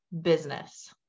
business